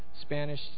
Spanish